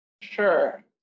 Sure